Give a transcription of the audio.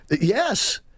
Yes